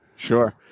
Sure